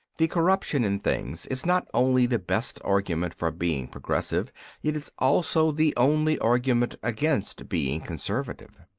the corruption in things is not only the best argument for being progressive it is also the only argument against being conservative.